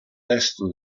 testo